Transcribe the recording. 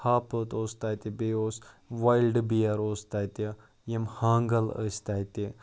ہاپُت اوس تَتہِ بیٚیہِ اوس وایلڈ بِیَر اوس تَتہِ یِم ہانٛگَل ٲسۍ تَتہِ